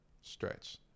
stretch